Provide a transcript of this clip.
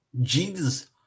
Jesus